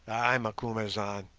ay, macumazahn,